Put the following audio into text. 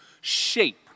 shape